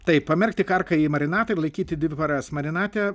taip pamerkti karką į marinatą ir laikyti dvi paras marinate